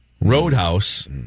Roadhouse